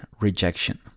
rejection